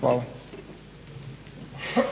Hvala.